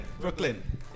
Brooklyn